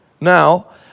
Now